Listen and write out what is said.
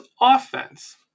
offense